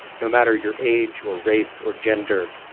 no matter your age or race or gender,